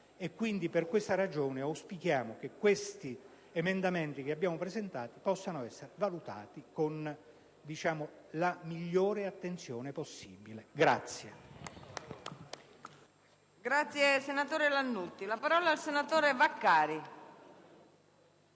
Per tale ragione auspichiamo che questi emendamenti che abbiamo presentato possano essere valutati con la migliore attenzione possibile.